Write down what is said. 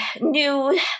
new